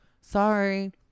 Sorry